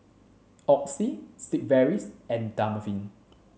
Oxy Sigvaris and Dermaveen